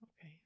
Okay